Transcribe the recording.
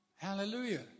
Hallelujah